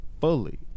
fully